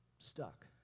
stuck